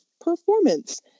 performance